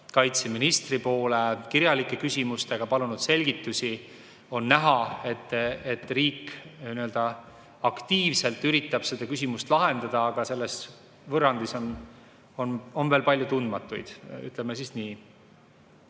sotsiaalkaitseministri poole kirjalike küsimustega, palunud selgitusi. On näha, et riik aktiivselt üritab seda küsimust lahendada, aga selles võrrandis on veel palju tundmatuid, ütleme siis nii.